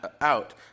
out